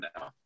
now